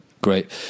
great